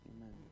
Amen